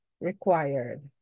required